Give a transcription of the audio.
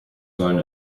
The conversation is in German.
sollen